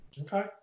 Okay